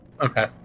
okay